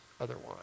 otherwise